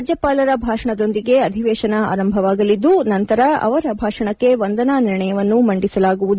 ರಾಜ್ಯಪಾಲರ ಭಾಷಣದೊಂದಿಗೆ ಅಧಿವೇಶನ ಆರಂಭವಾಗಲಿದ್ದು ನಂತರ ಅವರ ಭಾಷಣಕ್ಕೆ ವಂದನಾ ನಿರ್ಣಯವನ್ನು ಮಂಡಿಸಲಾಗುವುದು